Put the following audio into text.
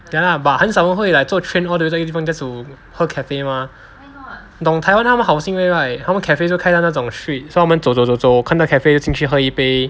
ya lah but 很少人会 like 坐 train all the way to 一个地方 just to 喝 cafe mah 你懂台湾他们 housing area right 他们 cafe 就开在那种 street so 他们走走走走走看到 cafe 就进去喝一杯